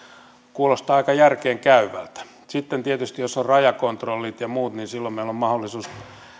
kuulostaa aika järkeenkäyvältä sitten tietysti jos on rajakontrollit ja muut niin silloin meillä on mahdollisuus